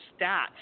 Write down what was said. stats